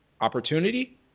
Opportunity